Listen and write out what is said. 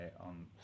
on